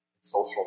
social